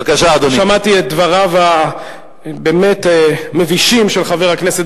שמעתי את דבריו הבאמת מבישים של חבר הכנסת